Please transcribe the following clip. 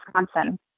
Wisconsin